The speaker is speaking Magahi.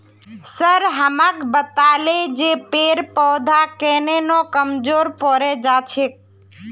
सर हमाक बताले जे पेड़ पौधा केन न कमजोर पोरे जा छेक